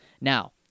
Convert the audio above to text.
Now